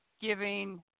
giving